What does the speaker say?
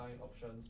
options